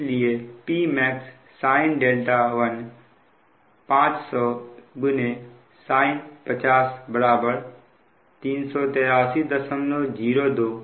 इसलिए Pmax sin 1 500 sin 50 बराबर 38302 MW